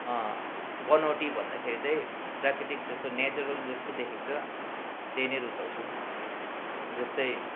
बनावटी भन्दाखेरि त्यही प्राकृतिक जस्तो नेचरल जस्तो देखेको छ त्यही नै रुचाउँछु जस्तै